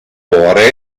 cuore